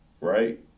right